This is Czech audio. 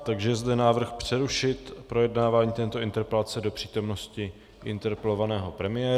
Je zde návrh přerušit projednávání této interpelace do přítomnosti interpelovaného premiéra.